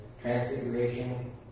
transfiguration